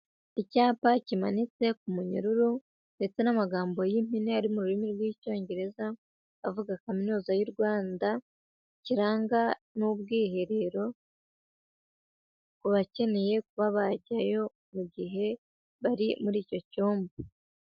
icyapa kimanitse ku munyururu ndetse n'amagambo y'impine ari mu rurimi rw'icyongereza, avuga kaminuza y'u Rwanda, kiranga n'ubwiherero ku bakeneye kuba bajyayo mu gihe bari muri icyo cyumba.